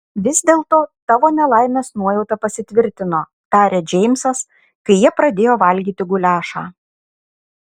vis dėlto tavo nelaimės nuojauta pasitvirtino tarė džeimsas kai jie pradėjo valgyti guliašą